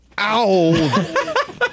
Ow